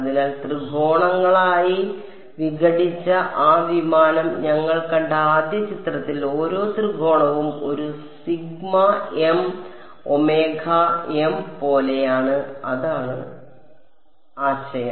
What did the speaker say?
അതിനാൽ ത്രികോണങ്ങളായി വിഘടിച്ച ആ വിമാനം ഞങ്ങൾ കണ്ട ആദ്യ ചിത്രത്തിൽ ഓരോ ത്രികോണവും ഈ ഒരു സിഗ്മ എം ഒമേഗ എം പോലെയാണ് അതാണ് ആശയം